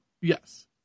Yes